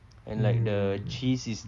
mm